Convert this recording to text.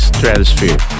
Stratosphere